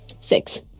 Six